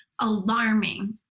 alarming